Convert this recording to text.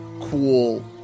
cool